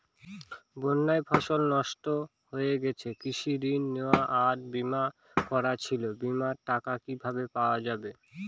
বন্যায় ফসল নষ্ট হয়ে গেছে কৃষি ঋণ নেওয়া আর বিমা করা ছিল বিমার টাকা কিভাবে পাওয়া যাবে?